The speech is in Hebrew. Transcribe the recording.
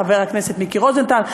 חבר הכנסת מיקי רוזנטל,